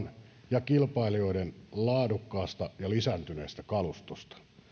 ja kilpailijoiden laadukkaasta ja lisääntyneestä kalustosta